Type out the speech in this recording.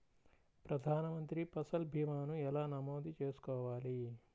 ప్రధాన మంత్రి పసల్ భీమాను ఎలా నమోదు చేసుకోవాలి?